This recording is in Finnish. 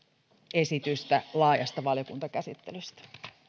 esitystä laajasta valiokuntakäsittelystä